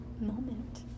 moment